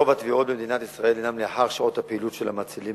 רוב הטביעות במדינת ישראל הינן לאחר שעות הפעילות של המצילים,